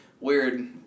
weird